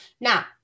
Now